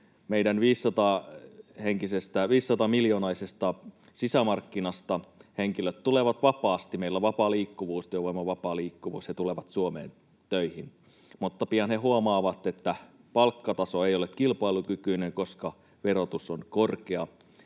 viisisataamiljoonaisesta sisämarkkinasta henkilöt tulevat vapaasti — meillä on työvoiman vapaa liikkuvuus, he tulevat Suomeen töihin — mutta pian he huomaavat, että palkkataso ei ole kilpailukykyinen, koska verotus on korkea,